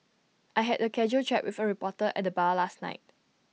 I had A casual chat with A reporter at the bar last night